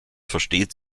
versteht